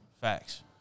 Facts